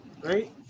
right